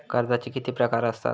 कर्जाचे किती प्रकार असात?